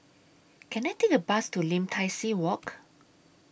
Can I Take A Bus to Lim Tai See Walk